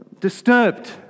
disturbed